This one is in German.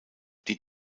die